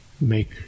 make